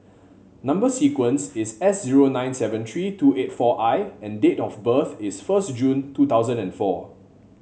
number sequence is S zero nine seven three two eight four I and date of birth is first June two thousand and four